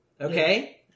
Okay